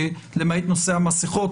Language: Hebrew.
למעט נושא המסכות,